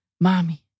Mommy